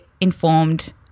informed